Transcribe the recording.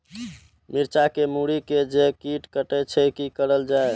मिरचाय के मुरी के जे कीट कटे छे की करल जाय?